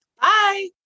Bye